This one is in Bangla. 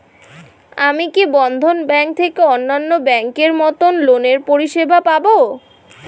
আমি কি বন্ধন ব্যাংক থেকে অন্যান্য ব্যাংক এর মতন লোনের পরিসেবা পাব?